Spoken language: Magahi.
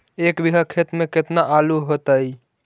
एक बिघा खेत में केतना आलू होतई?